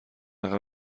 عقب